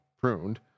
pruned